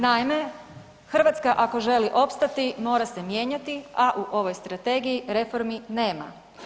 Naime, Hrvatska ako želi opstati mora se mijenjati a u ovoj strategiji reformi nema.